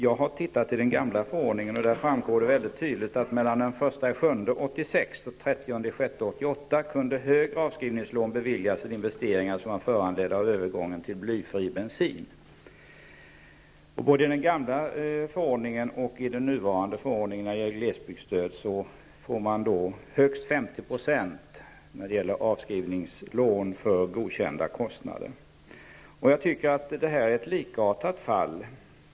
Jag har läst ur den gamla förordningen, och det framgår mycket tydligt att mellan den 1 juli 1986 och den 30 juni 1988 kunde höga avskrivningslån beviljas för investeringar som var föranledda av övergången till blyfribensin. Både i den gamla och i den nuvarande förordningen för glesbygdsstöd får man högst 50 % när det gäller avskrivningslån för godkända kostnader. Jag tycker att det här är ett likartat fall.